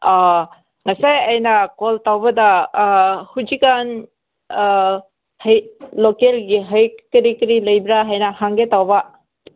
ꯑꯥ ꯉꯁꯥꯏ ꯑꯩꯅ ꯀꯣꯜ ꯇꯧꯕꯗ ꯍꯧꯖꯤꯛꯀꯥꯟ ꯍꯩ ꯂꯣꯀꯦꯜꯒꯤ ꯍꯩ ꯀꯔꯤ ꯀꯔꯤ ꯂꯩꯕ꯭ꯔꯥ ꯍꯥꯏꯅ ꯍꯪꯒꯦ ꯇꯧꯕ